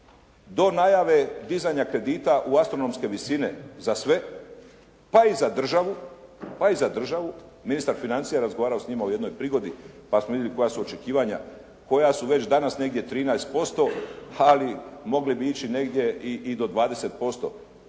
do najave dizanja kredita u astronomske visine za sve pa i za državu, pa i za državu. Ministar financija je razgovarao s njima u jednoj prigodi pa smo vidjeli koja su očekivanja koja su već danas negdje 13% ali mogli bi ići negdje i do 20%.